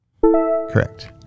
Correct